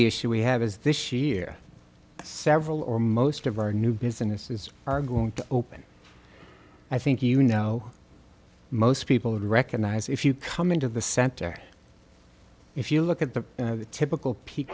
the issue we have is this year several or most of our new businesses are going to open i think you know most people would recognize if you come into the center if you look at the typical peak